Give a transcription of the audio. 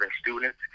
students